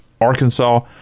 Arkansas